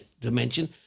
dimension